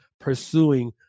pursuing